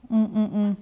mm mm mm